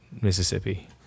Mississippi